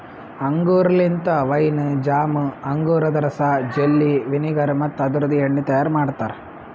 ಅಂಗೂರ್ ಲಿಂತ wine, jam, ಅಂಗೂರದ ರಸ, ಜೆಲ್ಲಿ, ವಿನೆಗರ್ ಮತ್ತ ಅದುರ್ದು ಎಣ್ಣಿ ತೈಯಾರ್ ಮಾಡ್ತಾರ